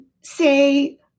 say